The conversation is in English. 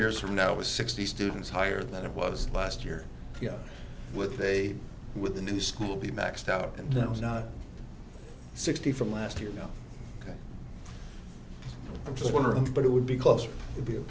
years from now it was sixty students higher than it was last year with a with a new school be maxed out and that was not sixty from last year no i'm just wondering but it would be close to be